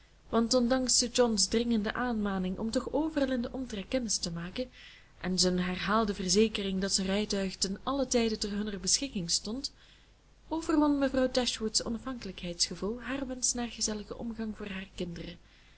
want ondanks sir johns dringende aanmaning om toch overal in den omtrek kennis te maken en zijn herhaalde verzekering dat zijn rijtuig ten allen tijde ter hunner beschikking stond overwon mevrouw dashwood's onafhankelijkheidsgevoel haar wensch naar gezelligen omgang voor hare kinderen